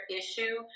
issue